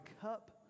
cup